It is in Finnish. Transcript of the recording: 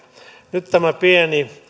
nyt tämä pieni